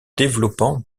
développant